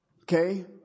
Okay